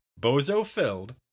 bozo-filled